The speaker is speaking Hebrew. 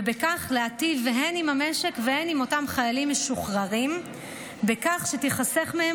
ובכך להיטיב הן עם המשק והן עם אותם חיילים משוחררים בכך שתיחסך מהם